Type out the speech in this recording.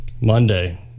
Monday